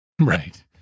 Right